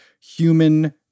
human